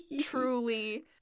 truly